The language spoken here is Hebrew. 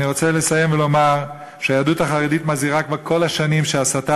אני רוצה לסיים ולומר שהיהדות החרדית מזהירה כל השנים שהסתה